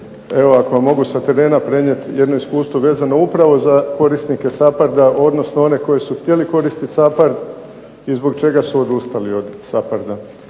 evo ako vam mogu sa terena prenijeti jedno iskustvo vezano upravo za korisnike SAPHARD-a odnosno one koji su htjeli koristiti SAPHARD i zbog čega su odustali od SAPHARD-a.